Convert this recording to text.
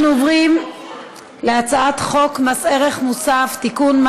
אנחנו עוברים להצעת חוק מס ערך מוסף (תיקון,